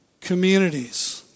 communities